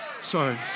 sorry